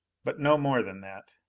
but no more than that.